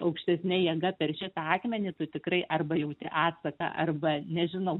aukštesne jėga per šitą akmenį tu tikrai arba jauti atsaką arba nežinau